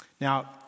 Now